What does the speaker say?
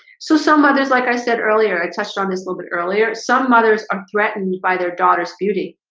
so some others like i said earlier i touched on this little bit earlier some mothers are threatened by their daughters beauty